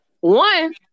One